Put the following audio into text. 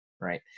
right